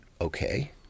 okay